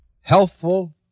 Healthful